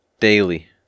Daily